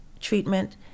treatment